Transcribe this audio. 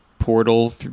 portal